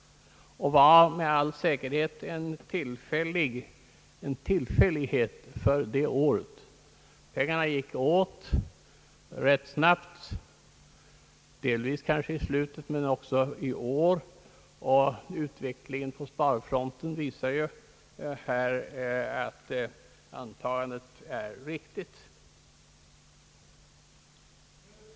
Dessa sena utbetalningar var med all säkerhet en tillfällighet för detta år. Pengarna gick åt rätt snabbt, delvis kanske i slutet av 1966 men också i år. Utvecklingen på sparfronten visar att detta antagande är riktigt.